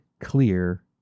clear